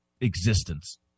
existence